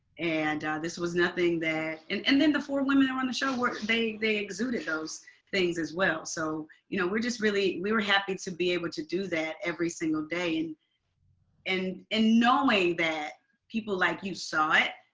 and this was nothing that and and then the four women were on the show, they they exuded those things as well. so you know we're just really we were happy to be able to do that every single day. and and and knowing that people like you saw it,